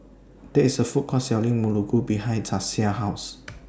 There IS A Food Court Selling Muruku behind Jasiah's House